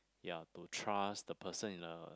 ya to trust the person in a